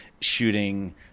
shooting